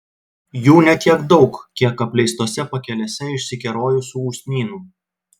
jų ne tiek daug kiek apleistose pakelėse išsikerojusių usnynų